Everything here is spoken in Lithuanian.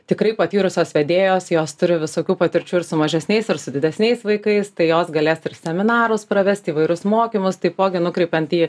tikrai patyrusios vedėjos jos turi visokių patirčių ir su mažesniais ir su didesniais vaikais tai jos galės ir seminarus pravesti įvairius mokymus taipogi nukreipiant į